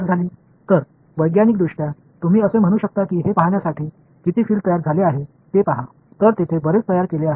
என்று காணலாம்எனவே விஞ்ஞான ரீதியாக நீங்கள் இவ்வளவு நேரம் பயன்படுத்தினால் இவ்வளவு புலம் உருவாகிறது என்று சொல்லலாம்